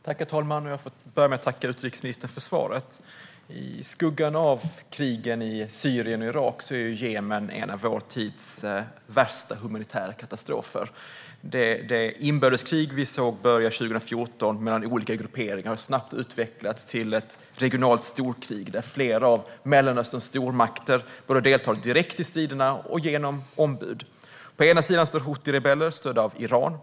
Herr talman! Jag tackar utrikesministern för svaret. I skuggan av krigen i Syrien och Irak är Jemen en av vår tids största humanitära katastrofer. Det inbördeskrig som började 2014 mellan olika grupperingar har snabbt utvecklats till ett regionalt storkrig där flera av Mellanösterns stormakter deltar direkt eller genom ombud i striderna. På ena sidan står huthirebeller stödda av Iran.